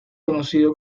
conocido